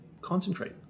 concentrate